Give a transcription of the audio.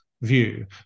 view